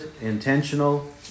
intentional